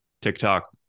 TikTok